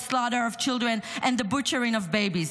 slaughter of children and the butchering of babies.